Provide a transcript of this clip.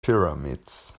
pyramids